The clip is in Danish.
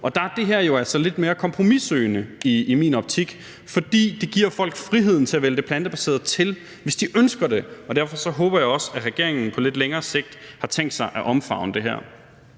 er det her jo altså lidt mere kompromissøgende i min optik, fordi det giver folk friheden til at vælge det plantebaserede til, hvis de ønsker det, og derfor håber jeg også, at regeringen på lidt længere sigt har tænkt sig at omfavne det her.